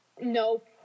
Nope